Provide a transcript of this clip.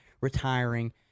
retiring